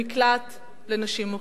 למקלט לנשים מוכות.